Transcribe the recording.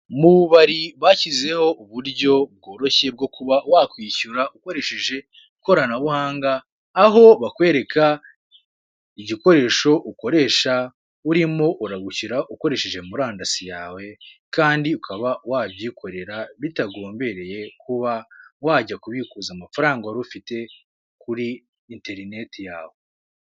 Mu bubari bashyizeho uburyo bworoshye bwo kuba wakwishyura ukoresheje ikoranabuhanga aho bakwereka igikoresho ukoresha urimo urabishyura ukoresheje murandasi yawe kandi ukaba wabyikorera bitagombereye kuba wajya kubikuza amafaranga warufite kuri interineti yawe.